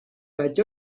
patch